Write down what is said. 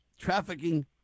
trafficking